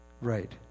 Right